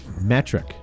metric